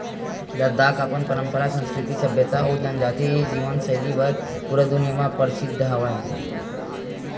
लद्दाख अपन पंरपरा, संस्कृति, सभ्यता अउ जनजाति जीवन सैली बर पूरा दुनिया म परसिद्ध हवय